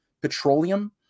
petroleum